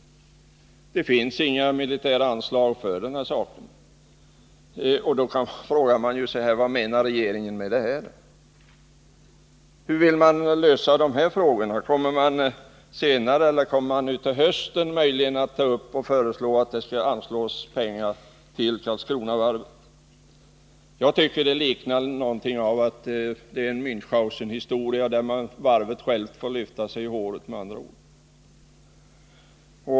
Det finns inga militära anslag för det ändamålet. Då är frågan: Vad menar regeringen med det här? Hur vill man lösa de här frågorna? Kommer regeringen möjligen till hösten att föreslå att det skall anslås pengar till Karlskronavarvet? Jag tycker att det här liknar en Mänchhausenhistoria — varvet får självt lyfta sig i håret.